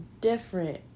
different